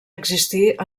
existir